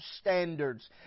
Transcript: standards